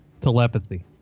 Telepathy